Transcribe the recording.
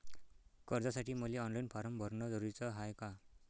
कर्जासाठी मले online form भरन जरुरीच हाय का?